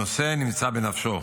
הנושא נמצא בנפשו,